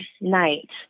night